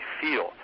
feel